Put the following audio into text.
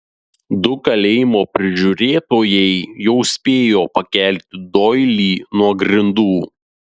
du kalėjimo prižiūrėtojai jau spėjo pakelti doilį nuo grindų